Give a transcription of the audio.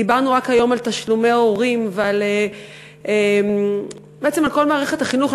דיברנו רק היום על תשלומי הורים ובעצם על כל מערכת החינוך,